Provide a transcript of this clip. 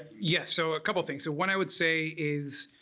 yes so a couple things. so what i would say is